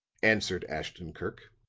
answered ashton-kirk.